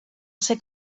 ser